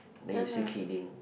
then you still kidding